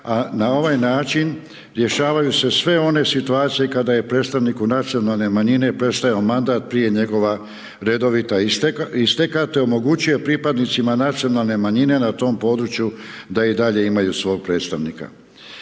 a na ovaj način, rješavaju se sve one situacije i kada je predstavnik nacionalne manjine predstavio mandat prije njegova redovita isteka te omogućio pripadnicima nacionalne manjine na tom području, da i dalje imaju svog predstavnika.